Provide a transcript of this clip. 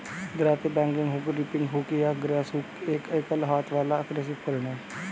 दरांती, bagging hook, reaping hook या grass hook एक एकल हाथ वाला कृषि उपकरण है